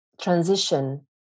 transition